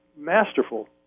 masterful